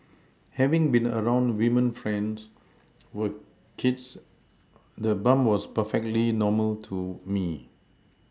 having been around women friends with kids the bump was perfectly normal to me